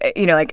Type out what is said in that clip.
you know, like,